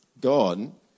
God